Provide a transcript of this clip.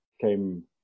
came